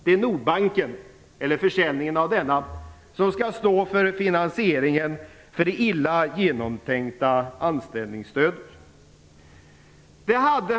Det är försäljningen av Nordbanken som skall stå för finansieringen av det illa genomtänkta anställningsstödet. Herr talman!